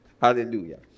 Hallelujah